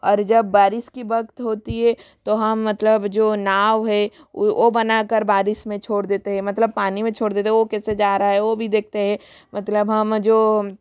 अर जब बारिश की वक़्त होती हे तो हाँ मतलब जो नाव है वह बना कर बारिश में छोड़ देते हैं मतलब पानी में छोर देते हैं वह कैसे जा रहा है वह भी देखते है मतलब हम जो